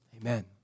Amen